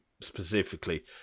specifically